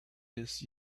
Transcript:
miss